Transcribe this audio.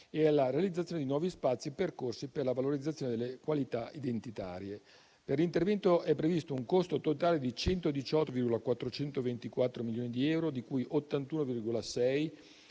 e alla realizzazione di nuovi spazi e percorsi per la valorizzazione delle qualità identitarie. Per l'intervento è previsto un costo totale di 118,424 milioni di euro, di cui 81,6 per